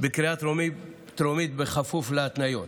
בקריאה טרומית בכפוף להתניות.